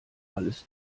alles